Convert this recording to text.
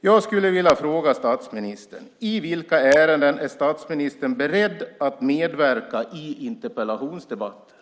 Jag skulle vilja fråga statsministern: I vilka ärenden är statsministern beredd att medverka i interpellationsdebatter?